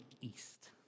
east